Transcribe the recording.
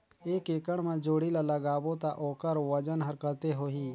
एक एकड़ मा जोणी ला लगाबो ता ओकर वजन हर कते होही?